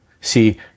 See